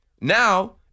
Now